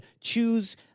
choose